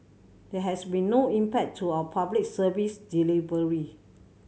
there has been no impact to our Public Service delivery